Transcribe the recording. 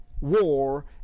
war